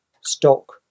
stock